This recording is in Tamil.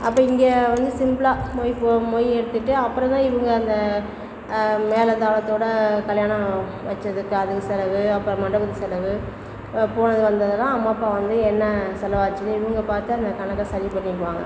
அப்புறம் இங்கே வந்து சிம்பிளாக மொய் போ மொய் எடுத்துகிட்டு அப்புறந்தான் இங்கே அந்த மேளதாளத்தோடு கல்யாணம் வச்சதுக்காக செலவு அப்புறம் மண்டபத்து செலவு போனது வந்ததெல்லாம் அம்மா அப்பா வந்து என்ன செலவாச்சுன்னு இவங்க பார்த்து அந்த கணக்கை சரி பண்ணிவிடுவாங்க